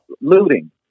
looting